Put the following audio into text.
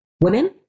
women